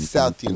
South